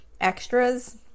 extras